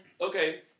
Okay